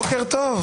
בוקר טוב.